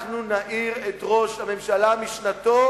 נעיר את ראש הממשלה משנתו,